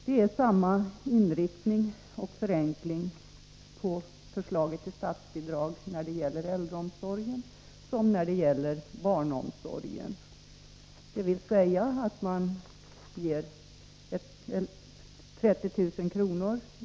Förslaget om statsbidrag till äldreomsorgen och förslaget om statsbidrag till barnomsorgen har samma förenklade inriktning, nämligen att man ger 30 000 kr.